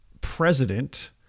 president